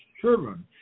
children